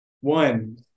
one